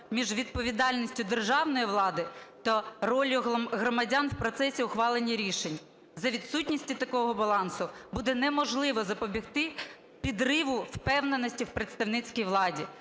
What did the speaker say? між відповідальністю державної влади та роллю громадян в процесі ухвалення рішень. За відсутності такого балансу буде неможливо запобігти підриву впевненості в представницькій владі.